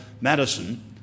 Madison